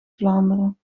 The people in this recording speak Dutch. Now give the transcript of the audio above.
vlaanderen